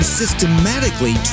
systematically